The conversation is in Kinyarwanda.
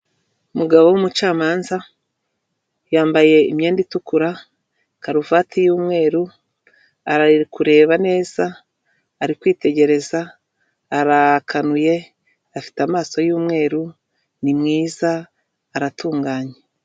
Umuhanda wa kaburimbo unyuramo ibinyabiziga bitandukanye, harimo amapikipiki harimo amamodoka, ndetse hakaba hagaragara n'ibimenyetso by'umuhanda, bishinzwe kugenda biyobora abagenzi ndetse n'abatambuka n'amaguru muri rusange.